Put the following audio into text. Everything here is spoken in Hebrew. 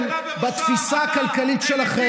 הרי אתה בראשם, אתה, אתם, בתפיסה הכלכלית שלכם,